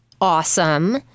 Awesome